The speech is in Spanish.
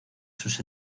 sus